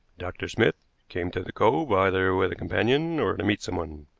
dr. smith came to the cove either with a companion or to meet someone.